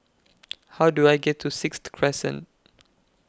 How Do I get to Sixth Crescent